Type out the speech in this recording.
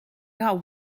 got